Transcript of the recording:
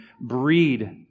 breed